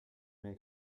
may